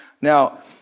now